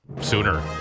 sooner